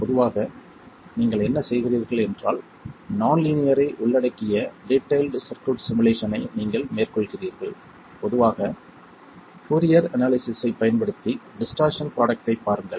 எனவே பொதுவாக நீங்கள் என்ன செய்கிறீர்கள் என்றால் நான் லீனியர் ஐ உள்ளடக்கிய டிடெய்ல்ட் சர்க்யூட் சிமுலேஷன் ஐ நீங்கள் மேற்கொள்கிறீர்கள் பொதுவாக ஃபோரியர் அனாலிசிஸ்ஸைப் பயன்படுத்தி டிஸ்டார்சன் ப்ரோடக்ட்டைப் பாருங்கள்